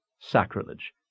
sacrilege